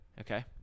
Okay